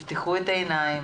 תפתחו את העיניים